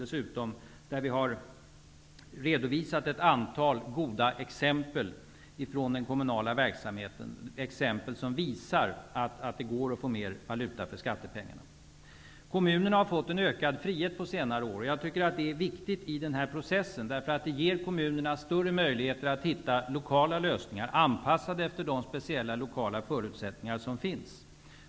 Där har vi redovisat ett antal goda exempel ifrån den kommunala verksamheten som visar att det går att få mer valuta för skattepengarna. Kommunerna har fått en ökad frihet på senare år. Jag tycker att det är viktigt i den här processen därför att det ger kommunerna större möjligheter att hitta lokala lösningar, anpassade efter de lo kala förutsättningar som finns.